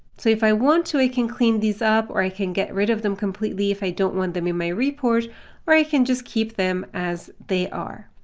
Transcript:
so if i want to, i can clean these up or i can get rid of them completely if i don't want them in my report or i can just keep them as they are.